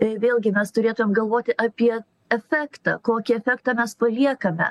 vėlgi mes turėtumėm galvoti apie efektą kokį efektą mes paliekame